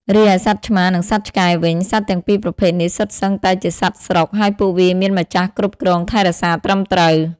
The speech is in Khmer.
រីឯសត្វឆ្មា និងសត្វឆ្កែវិញ សត្វទាំងពីរប្រភេទនេះ សុទ្ធសឹងតែជាសត្វស្រុក ហើយពួកវាមានម្ចាស់គ្រប់គ្រងថែរក្សាត្រឹមត្រូវ។